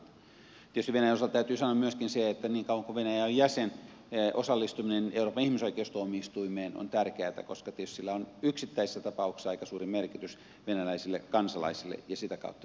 tietysti venäjän osalta täytyy sanoa myöskin se että niin kauan kuin venäjä ei ole jäsen osallistuminen euroopan ihmisoikeustuomioistuimeen on tärkeätä koska tietysti sillä on yksittäisissä tapauksissa aika suuri merkitys venäjän kansalaisille ja sitä kautta se on hyödyllistä